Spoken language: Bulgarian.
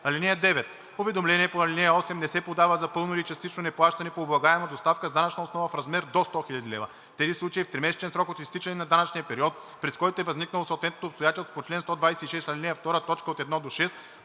(9) Уведомление по ал. 8 не се подава за пълно или частично неплащане по облагаема доставка с данъчна основа в размер до 100 000 лева. В тези случаи, в тримесечен срок от изтичане на данъчния период, през който е възникнало съответното обстоятелство по чл. 126а, ал. 2, т. 1 – 6,